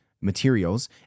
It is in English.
materials